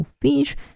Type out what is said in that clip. fish